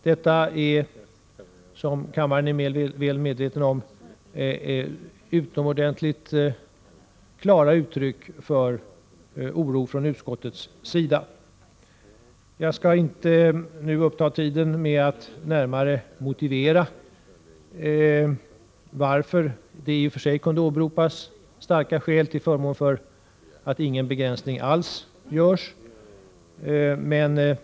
Detta är, som kammaren är väl medveten om, utomordentligt klara uttryck för oro från utskottets sida. Jag skall inte nu uppta tiden med att närmare motivera varför det i och för sig kunde åberopas starka skäl till förmån för att inga begränsningar alls görs.